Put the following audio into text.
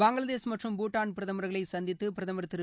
பங்களாதேஷ் மற்றும் பூட்டான் பிரதமர்களை சந்தித்து பிரதமர் திரு